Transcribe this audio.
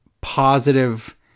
positive